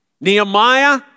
Nehemiah